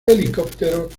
helicópteros